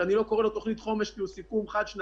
שאני לא קורא לו תוכנית חומש כי הוא סיכום חד-שנתי,